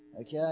Okay